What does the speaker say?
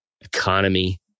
economy